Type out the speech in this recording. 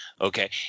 okay